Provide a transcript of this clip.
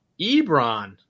Ebron